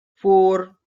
four